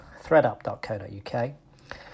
Threadup.co.uk